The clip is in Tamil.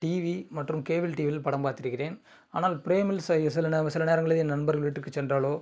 டிவி மற்றும் கேபிள் டிவியில் படம் பார்த்துருக்கிறேன் ஆனால் ப்ரேமில் சில சில நே சில நேரங்களில் என் நண்பர்கள் வீட்டுக்கு சென்றாலோ